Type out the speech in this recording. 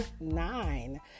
nine